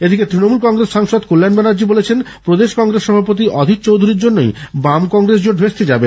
এদিকে ত্রণমূল কংগ্রেস সাংসদ কল্যাণ ব্যানার্জি বলেছেন প্রদেশ কংগ্রেস সভাপতি অধীর চৌধুরীর জন্যই বাম কংগ্রেস জোট ভেস্তে যাবে